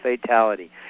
fatality